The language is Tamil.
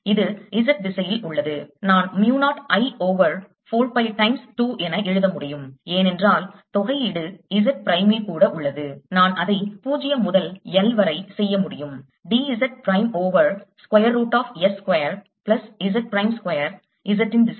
இது Z திசையில் உள்ளது நான் mu 0 I over 4 pi times 2 என எழுத முடியும் ஏனென்றால் தொகையீடு Z பிரைம் ல் கூட உள்ளது நான் அதை 0 முதல் L வரை செய்ய முடியும் d Z prime over square root of S square plus Z prime square Z இன் திசையில்